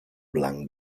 blanc